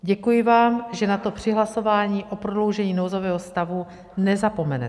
Děkuji vám, že na to při hlasování o prodloužení nouzového stavu nezapomenete.